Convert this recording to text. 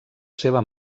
seva